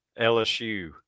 LSU